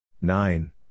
Nine